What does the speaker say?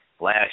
last